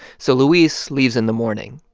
so luis leaves in the morning.